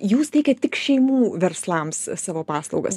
jūs teikiat tik šeimų verslams savo paslaugas